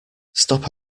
stop